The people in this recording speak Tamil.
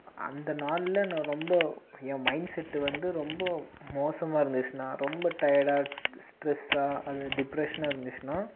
அந்த நாளில் நான் ரொம்ப என் மைண்ட்செட்டு வந்து ரொம்ப மோசமாக இருந்துச்சுனா ரொம்ப டயர்டா ஸ்ட்ரெஸ்ஸாக அது டிப்ரெஷனாக இருந்துச்சுனா